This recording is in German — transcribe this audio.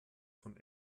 von